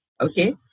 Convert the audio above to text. okay